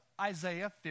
Isaiah